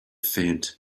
faint